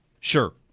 Sure